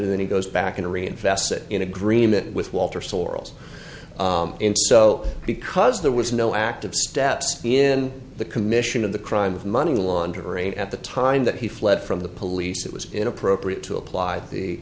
and then he goes back in to reinvest it in agreement with walter sorrels so because there was no active steps in the commission of the crime of money laundering at the time that he fled from the police it was inappropriate to apply the